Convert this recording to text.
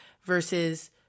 versus